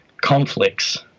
conflicts